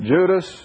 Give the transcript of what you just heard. Judas